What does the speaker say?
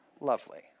Lovely